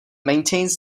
maintains